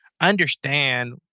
understand